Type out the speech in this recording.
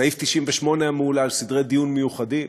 סעיף 98 המהולל, סדרי דיון מיוחדים,